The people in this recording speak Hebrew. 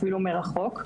אפילו מרחוק.